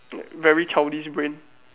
very childish brain